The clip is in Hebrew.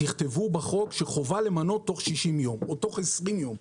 תכתבו בחוק שחובה למנות תוך 60 ימים או תוך 20 ימים.